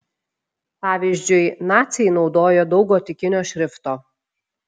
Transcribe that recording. pavyzdžiui naciai naudojo daug gotikinio šrifto